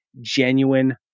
genuine